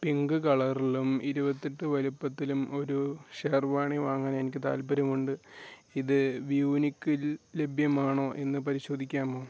pink കളറിലും ഇരുപത്തെട്ട് വലുപ്പത്തിലും ഒരു ഷെർവാണി വാങ്ങാനെനിക്ക് താൽപ്പര്യമുണ്ട് ഇത് വ്യൂനിക്കിൽ ലഭ്യമാണോ എന്ന് പരിശോധിക്കാമോ